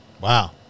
wow